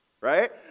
right